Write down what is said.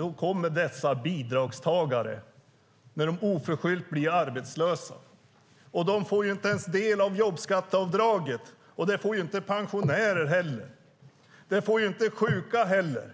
De blir bidragstagarna när de oförskyllt blir arbetslösa. De får inte del av jobbskatteavdraget; inte heller får pensionärer och sjuka det.